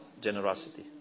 generosity